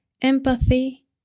empathy